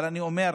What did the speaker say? אבל אני אומר: